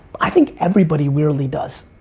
i think everybody weirdly does.